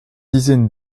dizaines